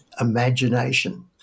imagination